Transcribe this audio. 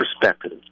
perspective